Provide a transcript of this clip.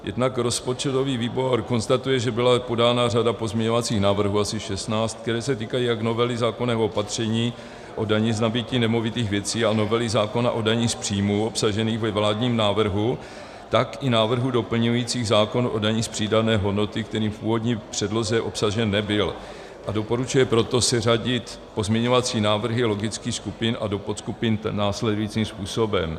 Jednak rozpočtový výbor konstatuje, že byla podána řada pozměňovacích návrhů, asi 16, které se týkají jak novely zákonného opatření o dani z nabytí nemovitých věcí a novely zákona o dani z příjmů obsažených ve vládním návrhu, tak i návrhů doplňujících zákon o dani z přidané hodnoty, který v původní předloze obsažen nebyl, a doporučuje proto seřadit pozměňovací návrhy do logických skupin a podskupin následujícím způsobem: